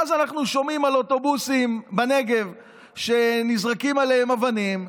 ואז אנחנו שומעים על אוטובוסים בנגב שנזרקות עליהם אבנים,